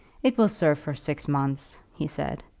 it will serve for six months, he said.